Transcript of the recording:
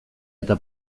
eta